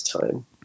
time